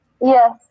Yes